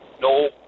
No